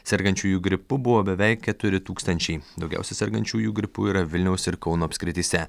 sergančiųjų gripu buvo beveik keturi tūkstančiai daugiausia sergančiųjų gripu yra vilniaus ir kauno apskrityse